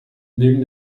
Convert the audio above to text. neben